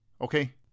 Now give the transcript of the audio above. okay